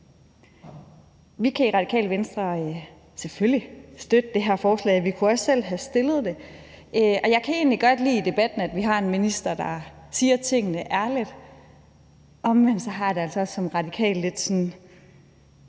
Vi kan i Radikale Venstre selvfølgelig støtte det her forslag, og vi kunne også selv have fremsat det. Jeg kan egentlig godt lide i debatten, at vi har en minister, der siger tingene ærligt, men omvendt har jeg det altså også som radikal lidt sådan,